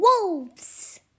wolves